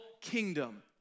kingdom